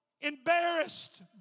embarrassed